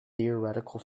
theoretical